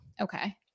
Okay